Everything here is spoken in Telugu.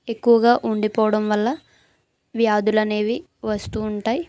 ఎక్కువగా ఉండిపోవడం వల్ల వ్యాధులు అనేవి వస్తూ ఉంటాయి